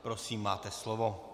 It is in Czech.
Prosím, máte slovo.